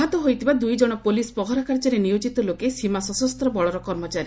ଆହତ ହୋଇଥିବା ଦୁଇଜଣ ପୋଲିସ୍ ପହରା କାର୍ଯ୍ୟରେ ନିୟୋଜିତ ଲୋକେ ସୀମା ସଶସ୍ତ ବଳର କର୍ମଚାରୀ